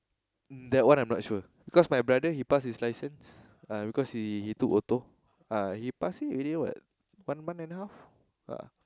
that one I'm not sure because my brother he pass his licence ah because he he took auto ah he pass it already what one month and a half ah